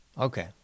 Okay